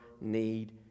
need